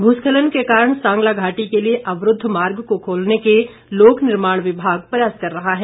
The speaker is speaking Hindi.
भूस्खलन के कारण सांगला घाटी के लिए अवरूद्व मार्ग को खोलने के लोक निर्माण विभाग प्रयास कर रहा है